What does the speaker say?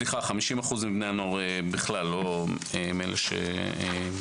סליחה, 50% מבני הנוער בכלל, לא מאלה שעובדים.